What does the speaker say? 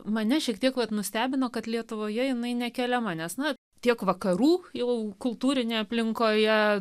mane šiek tiek nustebino kad lietuvoje jinai nekeliama nes nu tiek vakarų jau kultūrinėje aplinkoje